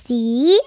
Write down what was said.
See